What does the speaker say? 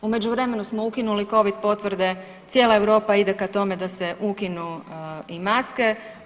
U međuvremenu smo ukinuli Covdi potvrde, cijela Europa ide ka tome da se ukinu i maske.